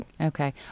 Okay